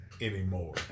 anymore